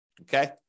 okay